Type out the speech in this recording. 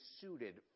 suited